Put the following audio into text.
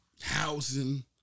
housing